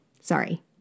Sorry